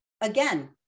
again